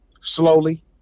slowly